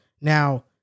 Now